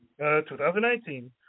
2019